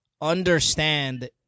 understand